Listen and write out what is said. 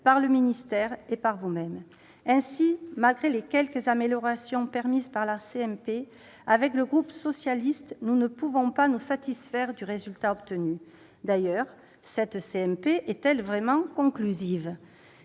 par le ministère et par vous-même. Malgré les quelques améliorations permises par la CMP, les membres du groupe socialiste et républicain ne peuvent donc pas se satisfaire du résultat obtenu. D'ailleurs, cette CMP est-elle vraiment conclusive ?